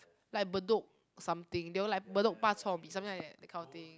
like Bedok something they were like Bedok bak-chor-mee something like that that kind of thing